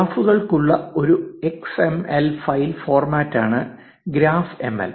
ഗ്രാഫുകൾക്കുള്ള ഒരു X M L file ഫോർമാറ്റാണ് graph M L